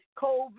COVID